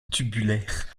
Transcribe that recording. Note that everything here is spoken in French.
tubulaire